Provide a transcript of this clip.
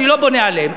אני לא בונה עליהם.